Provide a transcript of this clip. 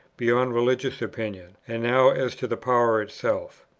beyond religious opinion and now as to the power itself.